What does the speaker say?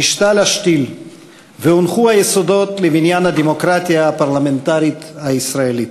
נשתל השתיל והונחו היסודות לבניין הדמוקרטיה הפרלמנטרית הישראלית.